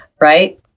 right